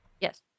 Yes